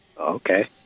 Okay